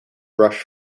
brush